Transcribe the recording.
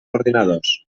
ordinadors